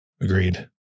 Agreed